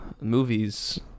movies